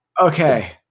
Okay